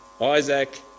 Isaac